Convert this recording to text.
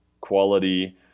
quality